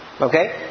Okay